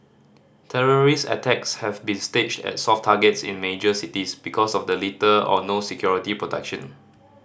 terrorist attacks have been staged at soft targets in major cities because of the little or no security protection